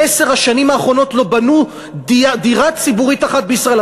בעשר השנים האחרונות לא בנו דירה ציבורית אחת בישראל.